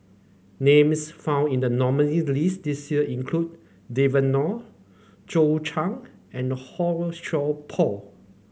names found in the nominees' list this year include Devan Nair Zhou Can and Han Sai Por